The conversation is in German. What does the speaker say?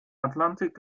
atlantik